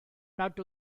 nad